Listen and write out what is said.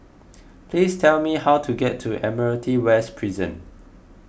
please tell me how to get to Admiralty West Prison